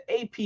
AP